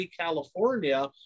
California